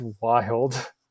wild